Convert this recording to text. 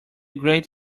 great